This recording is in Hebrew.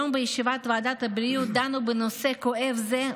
היום בישיבת ועדת הבריאות דנו בנושא כואב זה,